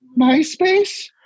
Myspace